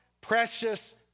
precious